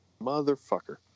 Motherfucker